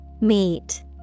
meet